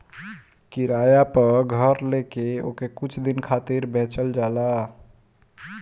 किराया पअ घर लेके ओके कुछ दिन खातिर बेचल जाला